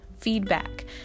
feedback